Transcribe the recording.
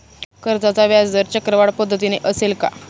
कर्जाचा व्याजदर चक्रवाढ पद्धतीने असेल का?